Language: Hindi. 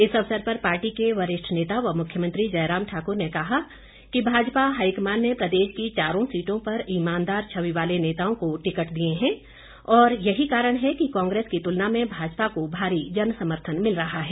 इस अवसर पर पार्टी के वरिष्ठ नेता मुख्यमंत्री जयराम ठाकुर ने कहा कि भाजपा हाईकमान ने प्रदेश की चारों सीटों पर ईमानदार छवि वाले नेताओं को टिकट दिए हैं और यही कारण है कि कांग्रेस की तुलना में भाजपा को भारी जन समर्थन मिल रहा है